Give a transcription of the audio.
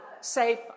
safe